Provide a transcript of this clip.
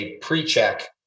pre-check